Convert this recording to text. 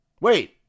wait